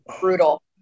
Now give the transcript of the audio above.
Brutal